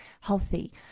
healthy